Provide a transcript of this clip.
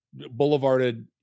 boulevarded